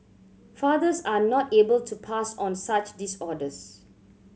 fathers are not able to pass on such disorders